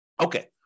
Okay